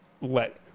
let